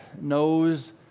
knows